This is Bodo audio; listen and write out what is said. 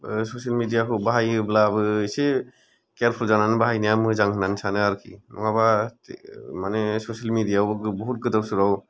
ससेल मिडिया खौ बाहायोब्लाबो एसे केयारफुल जानानै बाहायनाया मोजां होननानै सानो आरोखि नङाबा मानि ससेल मिडियायावबो बहुथ गोदाव सोराव